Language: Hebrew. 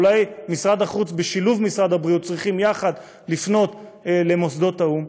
אולי משרד החוץ בשילוב משרד הבריאות צריכים לפנות יחד למוסדות האו"ם,